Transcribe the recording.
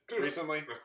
recently